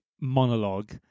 monologue